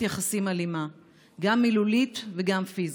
יחסים אלימה גם מילולית וגם פיזית.